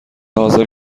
حاضر